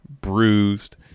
bruised